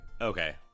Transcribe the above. Okay